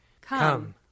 Come